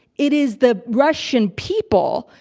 it is the russian people,